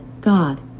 God